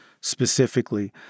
specifically